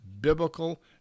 Biblical